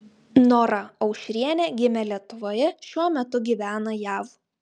nora aušrienė gimė lietuvoje šiuo metu gyvena jav